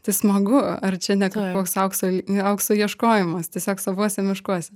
tai smagu ar čia ne koks aukso a aukso ieškojimas tiesiog savuose miškuose